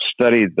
studied